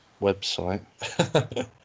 website